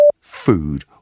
food